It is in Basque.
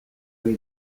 ohi